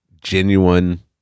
genuine